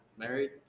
married